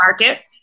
market